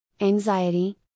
anxiety